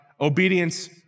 Obedience